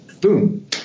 Boom